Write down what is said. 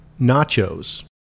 nachos